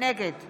נגד